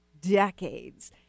decades